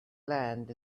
land